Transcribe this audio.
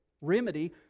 remedy